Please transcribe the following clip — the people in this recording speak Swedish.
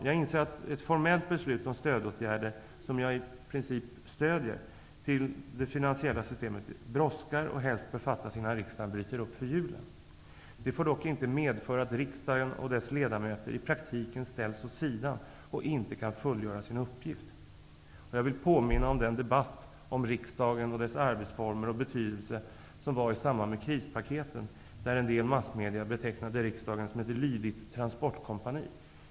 Jag inser att ett formellt beslut om stödåtgärder till det finansiella systemet, vilket jag i princip stödjer, brådskar och helst bör fattas innan riksdagen bryter upp för julen. Det får dock inte medföra att riksdagen och dess ledamöter i praktiken ställs åt sidan och inte kan fullgöra sin uppgift. Jag vill påminna om den debatt om riksdagen, dess arbetsformer och dess betydelse som fördes i samband med krispaketen. En del inom massmedia betecknade då riksdagen som ''ett lydigt transportkompani''.